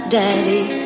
daddy